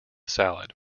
salad